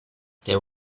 there